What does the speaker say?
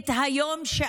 את היום שאחרי,